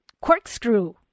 corkscrew